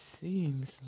seems